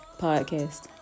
podcast